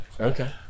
Okay